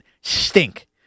stink